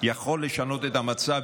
יכול לשנות את המצב.